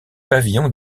pavillons